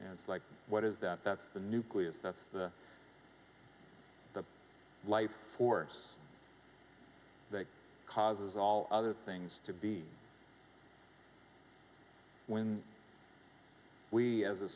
and it's like what is that that's the nucleus that's the life force that causes all other things to be when we as a